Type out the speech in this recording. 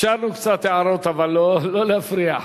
אפשרנו קצת הערות, אבל לא להפריע.